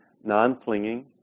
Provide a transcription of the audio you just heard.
non-clinging